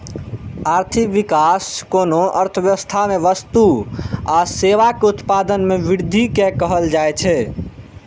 आर्थिक विकास कोनो अर्थव्यवस्था मे वस्तु आ सेवाक उत्पादन मे वृद्धि कें कहल जाइ छै